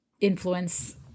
influence